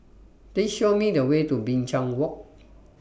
Please Show Me The Way to Binchang Walk